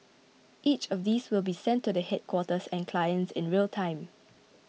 each of these will be sent to the headquarters and clients in real time